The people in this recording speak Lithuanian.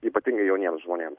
ypatingai jauniems žmonėms